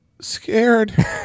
scared